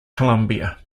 columbia